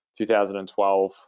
2012